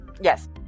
Yes